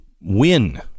win